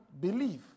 believe